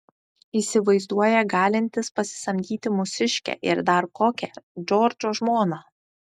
įsivaizduoja galintis pasisamdyti mūsiškę ir dar kokią džordžo žmoną